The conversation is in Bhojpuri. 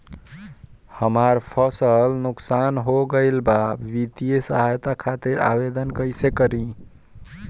हमार फसल नुकसान हो गईल बा वित्तिय सहायता खातिर आवेदन कइसे करी?